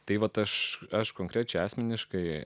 tai vat aš aš konkrečiai asmeniškai